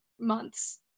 months